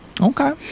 okay